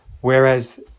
Whereas